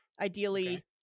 Ideally